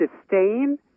disdain